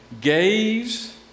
gaze